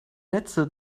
netze